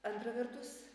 antra vertus